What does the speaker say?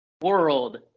world